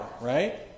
right